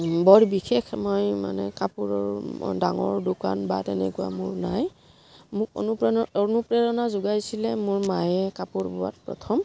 বৰ বিশেষ মই মানে কাপোৰৰ ডাঙৰ দোকান বা তেনেকুৱা মোৰ নাই মোক অনুপ্ৰেৰণা যোগাইছিলে মোৰ মায়ে কাপোৰ বোৱাত প্ৰথম